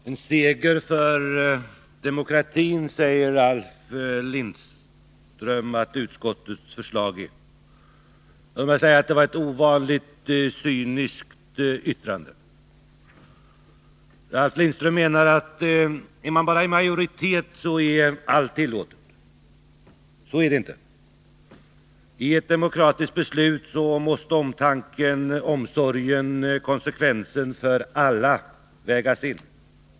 Herr talman! En seger för demokratin, säger Ralf Lindström att utskottets förslag är. Låt mig säga att det var ett ovanligt cyniskt yttrande. Ralf Lindström menar att om man bara är i majoritet så är allt tillåtet. Så är det inte. I ett demokratiskt beslut måste omtanken om, omsorgen om och konsekvensen för alla vägas in.